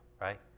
right